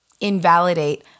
invalidate